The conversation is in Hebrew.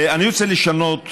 אני רוצה לשנות,